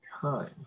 Time